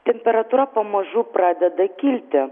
temperatūra pamažu pradeda kilti